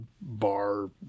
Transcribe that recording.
bar